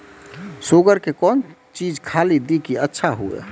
Sugar के कौन चीज खाली दी कि अच्छा हुए?